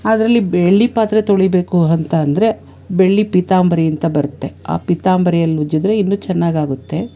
ಅದರಲ್ಲಿ ಬೆಳ್ಳಿ ಪಾತ್ರೆ ತೊಳೀಬೇಕು ಅಂತಂದ್ರೆ ಬೆಳ್ಳಿ ಪೀತಾಂಬರಿ ಅಂತ ಬರುತ್ತೆ ಆ ಪೀತಾಂಬರಿಯಲ್ಲಿ ಉಜ್ಜಿದ್ರೆ ಇನ್ನು ಚೆನ್ನಾಗಾಗುತ್ತೆ